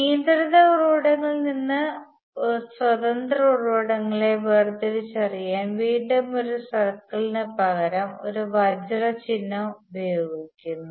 നിയന്ത്രിത ഉറവിടങ്ങളിൽ നിന്ന് സ്വതന്ത്ര ഉറവിടങ്ങളെ വേർതിരിച്ചറിയാൻ വീണ്ടും ഒരു സർക്കിളിന് പകരം ഒരു വജ്രം ചിഹ്നം ഉപയോഗിക്കുന്നു